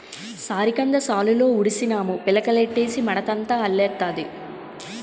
సారికంద సాలులో ఉడిసినాము పిలకలెట్టీసి మడంతా అల్లెత్తాది